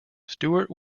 stuart